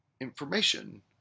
information